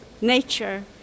nature